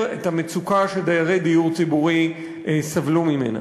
את המצוקה שדיירי דיור ציבורי סבלו ממנה.